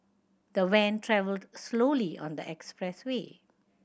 the van travelled slowly on the expressway